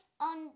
on